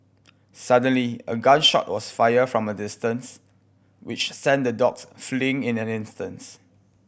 suddenly a gun shot was fired from a distance which sent the dogs fleeing in an instance